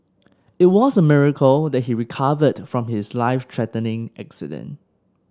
it was a miracle that he recovered from his life threatening accident